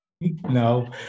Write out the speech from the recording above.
No